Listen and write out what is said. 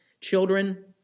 Children